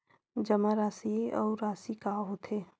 जमा राशि अउ राशि का होथे?